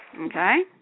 Okay